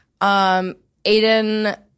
Aiden